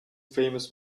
famous